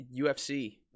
UFC